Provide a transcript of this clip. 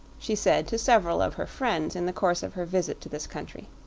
she said to several of her friends in the course of her visit to this country.